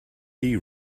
tea